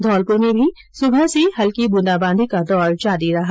धौलपुर में भी सुबह से हल्की बुंदाबांदी का दौर जारी रहा